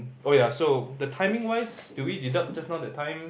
oh ya so the timing wise do we deduct just now that time